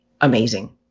amazing